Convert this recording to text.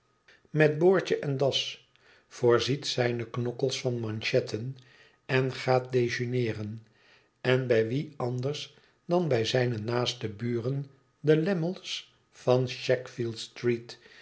met boortje en das voorziet zijne knokkels van manchetten en gaat dejeuneeren ën bij wie anders dan bij zijne naaste buren de lammies van sackvillestreet